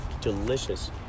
delicious